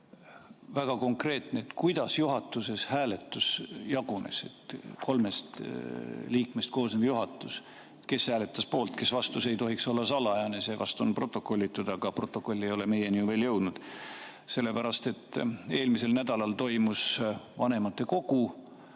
väga konkreetne küsimus, et kuidas juhatuses hääletus jagunes. Kolmest liikmest koosnev juhatus, kes hääletas poolt, kes vastu – see ei tohiks olla salajane, see vast on protokollitud, aga protokoll ei ole meieni veel jõudnud. Eelmisel nädalal toimus vanematekogu.